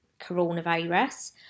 coronavirus